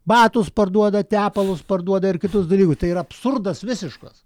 batus parduoda tepalus parduoda ir kitus dalykus tai yra absurdas visiškas